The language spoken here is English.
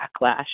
backlash